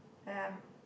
and